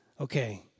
Okay